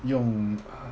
用